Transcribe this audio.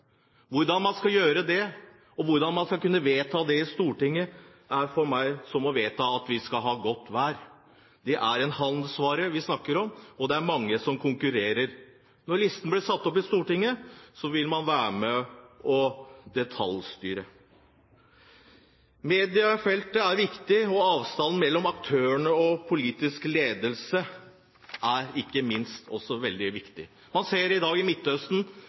Hvordan man skal gjøre det, og hvordan man skal kunne vedta det i Stortinget, er for meg som å vedta at vi skal ha godt vær. Det er en handelsvare vi snakker om, og det er mange som konkurrerer. Når listen blir satt opp i Stortinget, vil man være med og detaljstyre. Mediefeltet er viktig. Avstanden mellom aktørene og politisk ledelse er – ikke minst – også veldig viktig. Man ser i dag i Midtøsten